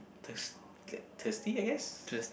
thirs~ thirsty I guess